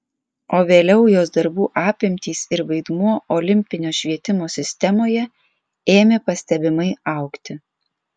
o vėliau jos darbų apimtys ir vaidmuo olimpinio švietimo sistemoje ėmė pastebimai augti